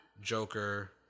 Joker